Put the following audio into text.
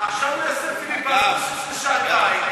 עכשיו הוא יעשה פיליבסטר של שעתיים,